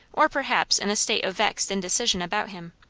or perhaps in a state of vexed indecision about him.